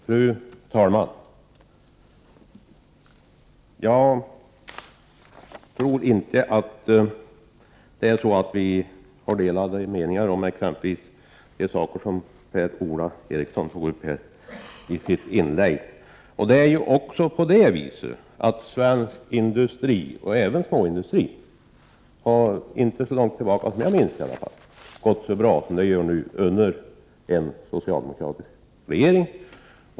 Fru talman! Jag tror inte att vi har delade meningar om exempelvis de frågor som Per-Ola Eriksson tog upp i sitt inlägg. Svensk industri, även småindustrin, har inte så långt tillbaka som jag kan minnas gått så bra som den nu gör under en socialdemokratisk regering.